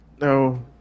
No